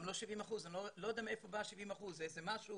אני לא יודע מאיפה בא ה-70%, זה איזה משהו